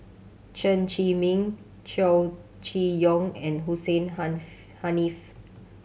Chen Zhiming Chow Chee Yong and Hussein Haniff